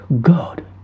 God